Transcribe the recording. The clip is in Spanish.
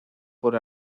por